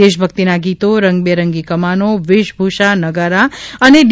દેશ ભક્તિનાં ગીતો રંગબેરંગી કમાનો વેશભૂષા નગારા અને ડી